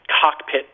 cockpit